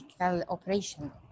operation